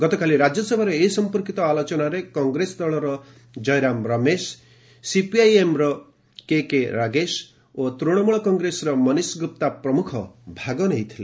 ଗତକାଲି ରାଜ୍ୟସଭାରେ ଏ ସଂପର୍କିତ ଆଲୋଚନାରେ କଂଗ୍ରେସ ଦଳର ଜୟରାମ ରମେଶ ସିପିଆଇଏମ୍ର କେକେ ରାଗେଶ ଓ ତୂଣମୂଳ କଂଗ୍ରେସର ମନୀଷ ଗୁପ୍ତା ପ୍ରମୁଖ ଭାଗ ନେଇଥିଲେ